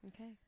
Okay